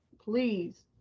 please